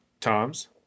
Tom's